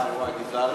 וואי, תיזהרי